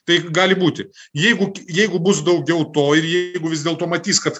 tai gali būti jeigu jeigu bus daugiau to ir jeigu vis dėlto matys kad